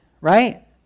right